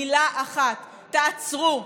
מילה אחת: תעצרו,